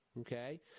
okay